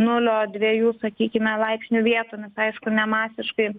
nulio dviejų sakykime laipsnių vietomis aišku ne masiškai